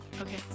Okay